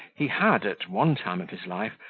he had, at one time of his life,